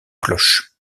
cloche